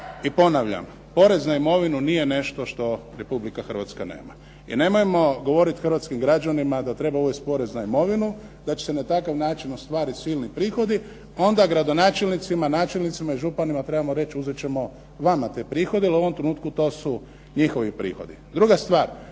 I ponavljam porez na imovinu nije nešto Republika Hrvatska nema. I nemojmo govoriti hrvatskim građanima da treba uvesti porez na imovinu, da će se na takav način ostvariti silni prihodi, onda gradonačelnicima, načelnicima i županima trebamo reći uzet ćemo vama te prihode, jer u ovom trenutku to su njihovi prihodi. Druga stvar,